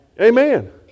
Amen